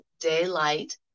daylight